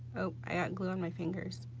oh ah ah glue on my fingers,